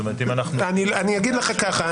אני אגיד לך ככה,